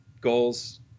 goals